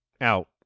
out